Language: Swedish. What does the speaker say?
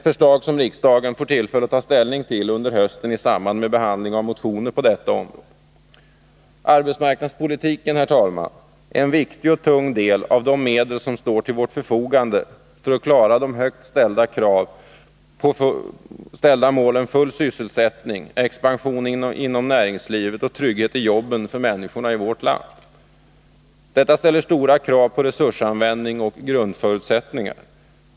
Riksdagen får under hösten tillfälle att ta ställning till förslag härom i samband med behandlingen av motioner på detta område. Arbetsmarknadspolitiken är, herr talman, en viktig och tung del av de medel som står till vårt förfogande för att vi skall kunna uppnå de högt ställda målen full sysselsättning, expansion inom näringslivet och trygghet i jobben för människorna i vårt land. Detta ställer stora krav på resursanvändning och grundförutsättningar.